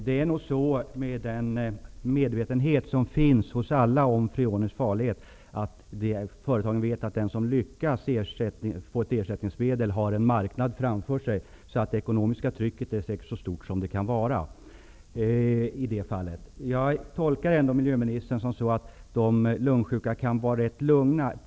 Fru talman! Med den medvetenhet som finns hos alla om freoners farlighet vet företagen att den som lyckas skapa ett ersättningsmedel har en marknad framför sig. Det ekonomiska trycket är säkert så stort som det kan vara i det fallet. Jag tolkar ändå miljöministerns uttalande som att de lungsjuka kan vara rätt lugna.